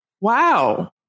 wow